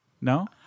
No